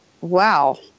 wow